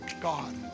God